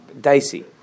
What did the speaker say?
dicey